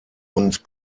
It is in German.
und